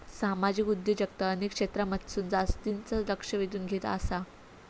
सामाजिक उद्योजकता अनेक क्षेत्रांमधसून जास्तीचा लक्ष वेधून घेत आसा